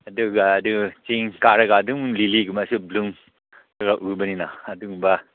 ꯑꯗꯨꯒ ꯑꯗꯨ ꯆꯤꯡ ꯀꯥꯔꯒ ꯑꯗꯨꯝ ꯂꯤꯂꯤꯒꯨꯃꯕꯁꯨ ꯕ꯭ꯂꯨꯝꯒ ꯎꯕꯅꯤꯅ ꯑꯗꯨꯒꯨꯝꯕ